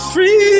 Free